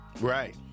Right